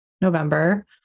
November